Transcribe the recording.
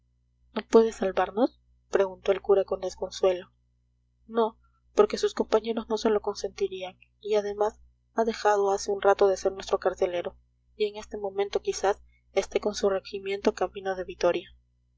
no puede salvarnos preguntó el cura con desconsuelo no porque sus compañeros no se lo consentirían y además ha dejado hace un rato de ser nuestro carcelero y en este momento quizás esté con su regimiento camino de vitoria